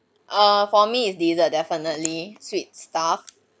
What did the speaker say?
err for me is the the definitely sweet stuff